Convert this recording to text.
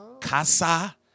Casa